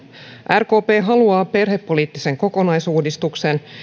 rkp haluaa perhepoliittisen kokonaisuudistuksen